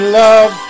love